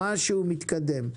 לראות שמשהו מתקדם.